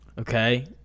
Okay